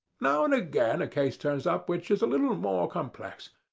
now and again a case turns up which is a little more complex.